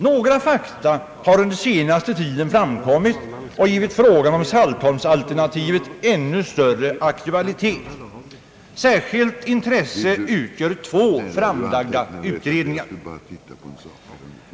Några nya faktorer har under den senaste tiden framkommit och givit frågan om :Saltholms-alternativet ännu större aktualitet. Av särskilt intresse är två framlagda utredningar.